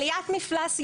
עליית מפלס ים,